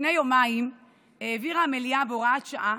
לפני יומיים העבירה המליאה בהוראת שעה